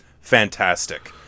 fantastic